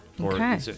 Okay